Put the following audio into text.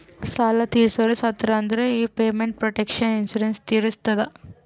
ಸಾಲಾ ತೀರ್ಸೋರು ಸತ್ತುರ್ ಅಂದುರ್ ಈ ಪೇಮೆಂಟ್ ಪ್ರೊಟೆಕ್ಷನ್ ಇನ್ಸೂರೆನ್ಸ್ ತೀರಸ್ತದ